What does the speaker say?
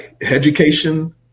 education